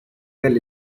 well